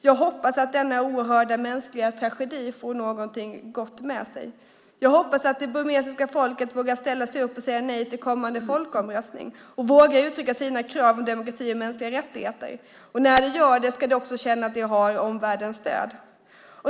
Jag hoppas att denna oerhörda mänskliga tragedi för något gott med sig. Jag hoppas att det burmesiska folket vågar ställa sig upp och säga nej till kommande folkomröstning och vågar uttrycka sina krav på demokrati och mänskliga rättigheter. När de gör det ska de också känna att de har omvärldens stöd.